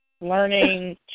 Learning